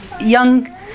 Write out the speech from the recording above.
young